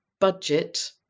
budget